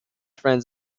friends